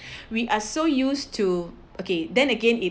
we are so used to okay then again it